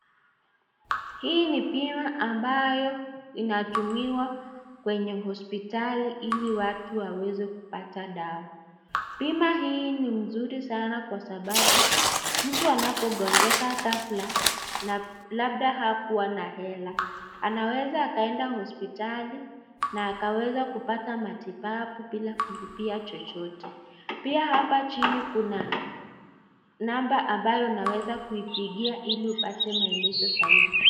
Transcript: Hii ni bima ambayo inatumiwa kwenye hospitali ili watu waweze kupata dawa. Bima hii ni mzuri sana kwa sababu mtu anapogonjeka ghafla na labda hakuwa na hela, anaweza akaenda hospitali na anaweza kupata matibabu bila kulipia chochote. Pia, hapa chini kuna namba ambayo unaweza kuipigia ili upate maelezo zaidi.